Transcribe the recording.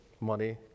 money